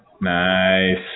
Nice